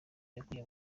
yakuye